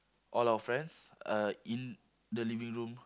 all our friends are in the living-room